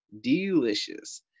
delicious